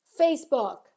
Facebook